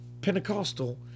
Pentecostal